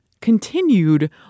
continued